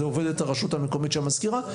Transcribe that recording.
זו עובדת הרשות המקומית; המזכירה.